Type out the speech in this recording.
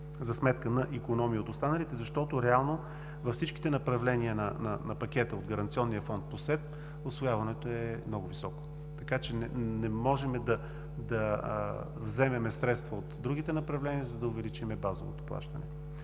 за сметка на икономии от останалите. Защото реално във всичките направления на пакета от гаранционния фонд по СЕП усвояването е много високо, така че не можем да вземем средства от другите направления, за да увеличим базовото плащане.